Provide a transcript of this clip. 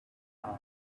time